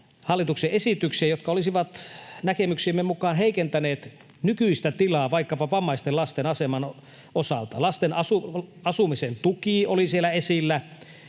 hallituksen esityksiin, jotka olisivat näkemyksiemme mukaan heikentäneet nykyistä tilaa, vaikkapa vammaisten lasten aseman osalta. Asumisen tuki oli siellä esillä,